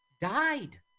died